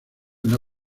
una